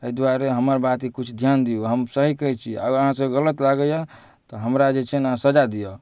एहि दुआरे हमर बात ई किछु धिआन दिऔ हम सही कहै छी अगर अहाँसभके गलत लागैए तऽ हमरा जे छै ने सजा दिअऽ